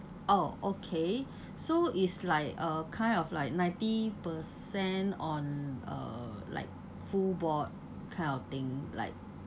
oh okay so it's like uh kind of like ninety percent on uh like full board kind of thing like